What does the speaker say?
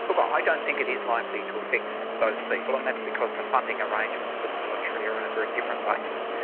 but i don't think it is likely to affect those people, and that's because the funding arrangements for the military are on a very different basis,